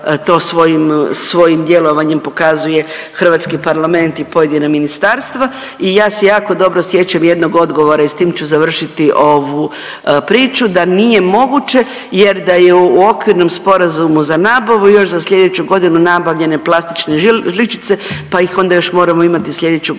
svojim djelovanjem pokazuje hrvatski parlament i pojedina ministarstva i ja se jako dobro sjećam jednog odgovora i s tim ću završiti ovu priču da nije moguće jer da je u okvirnom sporazumu za nabavu još za slijedeću godinu nabavljene plastične žličice pa ih onda još moramo slijedeću godinu